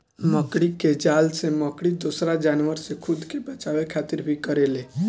मकड़ी के जाल से मकड़ी दोसरा जानवर से खुद के बचावे खातिर भी करेले